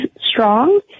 strong